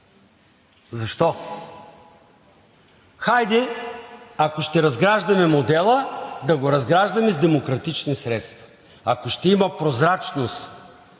Защо? Хайде, ако ще разграждаме модела, да го разграждаме с демократични средства. Ако ще има прозрачност